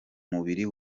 mubiri